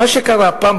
מה שקרה הפעם,